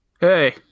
hey